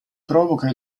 provoca